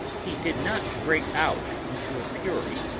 he did not break out into a fury,